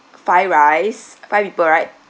five rice five people right